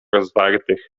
rozwartych